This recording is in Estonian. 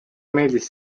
meeldis